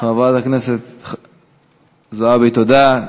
חברת הכנסת זועבי, תודה.